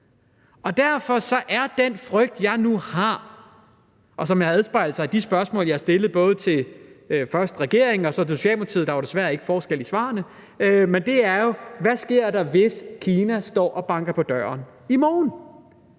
Derfor er den frygt, jeg nu har, og som har afspejlet sig i de spørgsmål, jeg har stillet først til regeringen og så til Socialdemokratiet – der var desværre ikke forskel i svarene – nemlig: Hvad sker der, hvis Kina står og banker på døren i morgen?